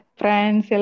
friends